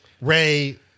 Ray